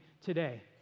today